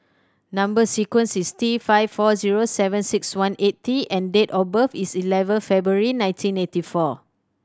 number sequence is T five four zero seven six one eight T and date of birth is eleven February nineteen eighty four